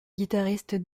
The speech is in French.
guitaristes